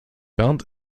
bernd